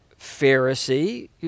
Pharisee